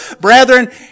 Brethren